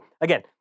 again